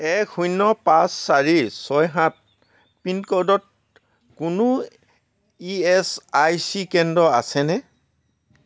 এক শূন্য পাঁচ চাৰি ছয় সাত পিনক'ডত কোনো ই এছ আই চি কেন্দ্ৰ আছেনে